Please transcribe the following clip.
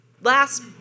last